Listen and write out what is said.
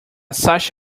sash